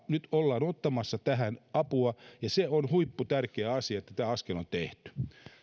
nyt ottamassa apua ja se on huipputärkeä asia että tämä askel on tehty